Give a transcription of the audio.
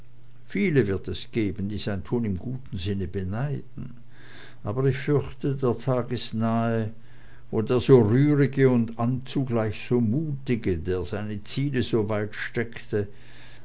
viele wird es geben die sein tun im guten sinne beneiden aber ich fürchte der tag ist nahe wo der so ruhige und zugleich so mutige der seine ziele so weit steckte